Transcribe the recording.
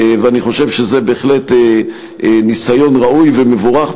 ואני חושב שזה בהחלט ניסיון ראוי ומבורך.